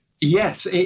Yes